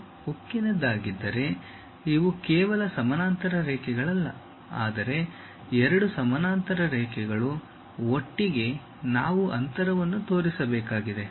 ಅದು ಉಕ್ಕಿನದ್ದಾಗಿದ್ದರೆ ಇವು ಕೇವಲ ಸಮಾನಾಂತರ ರೇಖೆಗಳಲ್ಲ ಆದರೆ ಎರಡು ಸಮಾನಾಂತರ ರೇಖೆಗಳು ಒಟ್ಟಿಗೆ ನಾವು ಅಂತರವನ್ನು ತೋರಿಸಬೇಕಾಗಿದೆ